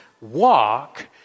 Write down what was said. walk